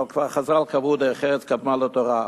אבל כבר חז"ל קבעו: דרך ארץ קדמה לתורה.